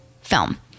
film